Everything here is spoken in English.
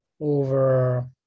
over